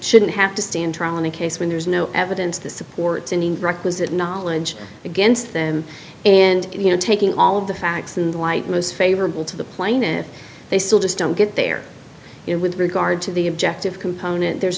shouldn't have to stand trial on a case when there is no evidence to support any requisite knowledge against them and you know taking all of the facts in the light most favorable to the plaintiff they still just don't get there it with regard to the objective component there's